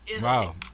Wow